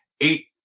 eight